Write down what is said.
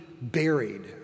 buried